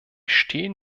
stehen